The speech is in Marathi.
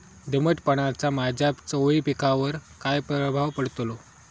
दमटपणाचा माझ्या चवळी पिकावर काय प्रभाव पडतलो?